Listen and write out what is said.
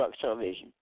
television